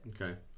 Okay